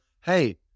Hey